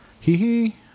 Hee-hee